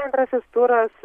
antrasis turas